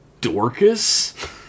dorkus